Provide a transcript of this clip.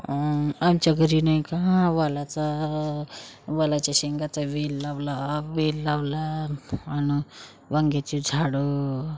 आमच्या घरी नाही का वालाच्या वालाच्या शेंगाचा वेल लावला वेल लावला आणून वांग्याची झाडं